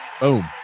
Boom